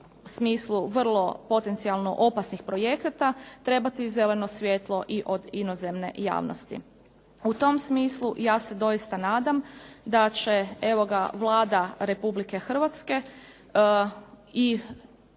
smislu vrlo potencijalno opasnih projekata trebati zeleno svjetlo i od inozemne javnosti. U tom smislu ja se doista nadam da će evo Vlada Republike Hrvatske i